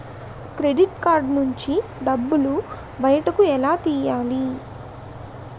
Credit card నుంచి డబ్బు బయటకు ఎలా తెయ్యలి?